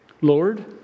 Lord